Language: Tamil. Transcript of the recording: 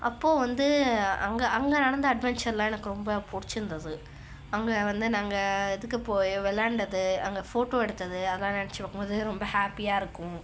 அப்போது வந்து அங்கே அங்கே நடந்த அட்வென்ச்சர்லாம் எனக்கு ரொம்ப பிடிச்சிருந்துது அங்கே வந்து நாங்கள் இதுக்கு போய் விளாண்டது அங்கே ஃபோட்டோ எடுத்தது அதலாம் நெனச்சு பார்க்கும் போது ரொம்ப ஹாப்பியாக இருக்கும்